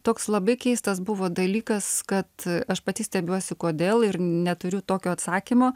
toks labai keistas buvo dalykas kad aš pati stebiuosi kodėl ir neturiu tokio atsakymo